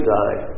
die